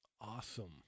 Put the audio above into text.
Awesome